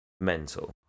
mental